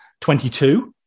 22